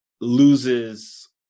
loses